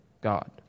God